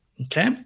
Okay